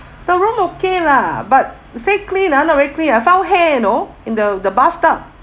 the room okay lah but say clean ah not very clean ah found hair you know in the the bath tub